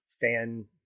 fan